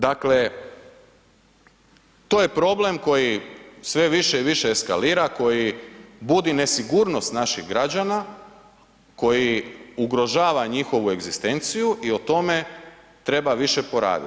Dakle, to je problem koji sve više i više eskalira, koji budi nesigurnost naših građana, koji ugrožava njihovu egzistenciju i o tome treba više poraditi.